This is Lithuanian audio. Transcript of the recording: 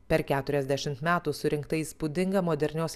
per keturiasdešimt metų surinkta įspūdinga modernios